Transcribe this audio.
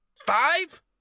five